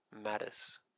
matters